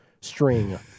string